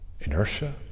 Inertia